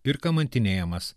ir kamantinėjamas